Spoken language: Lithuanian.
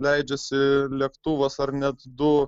leidžiasi lėktuvas ar net du